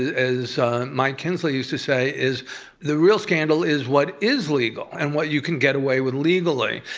as mike kinsley used to say, is the real scandal is what is legal and what you can get away with legally.